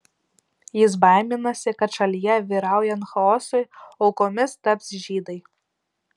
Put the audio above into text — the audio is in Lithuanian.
jis baiminasi kad šalyje vyraujant chaosui aukomis taps žydai